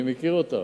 אני מכיר אותם,